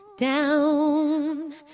down